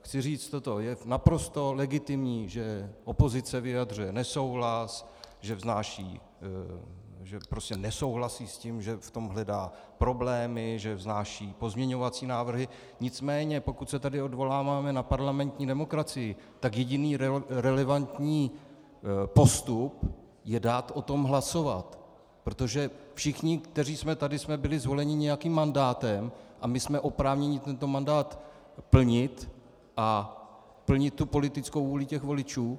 Chci říct toto: Je naprosto legitimní, že opozice vyjadřuje nesouhlas, že prostě s tím nesouhlasí, že v tom hledá problémy, že vznáší pozměňovací návrhy, nicméně pokud se tady odvoláváme na parlamentní demokracii, tak jediný relevantní postup je dát o tom hlasovat, protože všichni, kteří jsme tady, jsme byli zvoleni nějakým mandátem a my jsme oprávněni tento mandát plnit a plnit politickou vůli voličů.